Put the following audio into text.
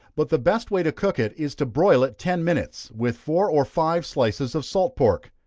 but the best way to cook it, is to broil it ten minutes, with four or five slices of salt pork.